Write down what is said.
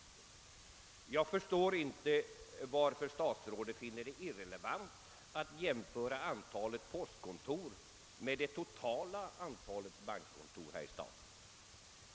Jag förstår inte varför statsrådet finner det irrelevant att jämföra antalet postkontor med det totala antalet bankkontor här i staden.